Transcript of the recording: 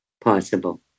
possible